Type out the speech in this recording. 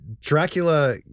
dracula